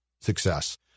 success